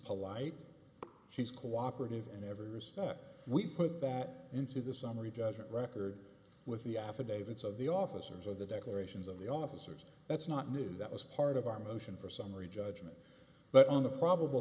polite she's cooperative in every respect we put back into the summary judgment record with the affidavits of the officers of the declarations of the officers that's not new that was part of our motion for summary judgment but on the probable